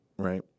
Right